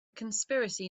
conspiracy